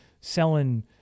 selling